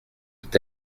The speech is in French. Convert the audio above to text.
dit